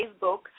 Facebook